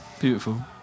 Beautiful